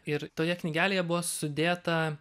ir toje knygelėje buvo sudėta